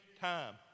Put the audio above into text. time